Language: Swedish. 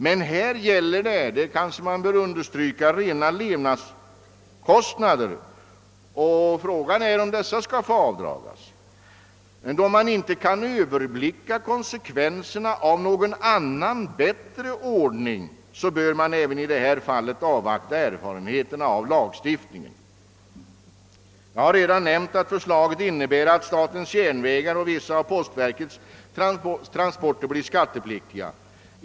Men här gäller det — det bör kanske understrykas — rena levnadskostnader, och frågan är om dessa skall få avdragas. Då man inte kan överblicka konsekvenserna av någon annan ordning bör man även i detta fal avvakta erfarenheterna av lagstiftningen. Jag har redan nämnt att förslaget innebär att statens järnvägars och vissa av postverkets transporter blir skattpliktiga.